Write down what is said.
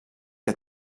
que